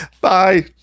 Bye